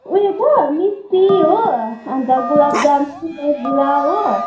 उयो छ मिस्टी हो अन्त गुलाब जामुन रसगुल्ला हो